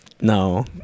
no